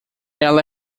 ela